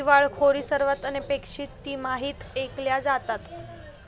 दिवाळखोरी सर्वात अनपेक्षित तिमाहीत ऐकल्या जातात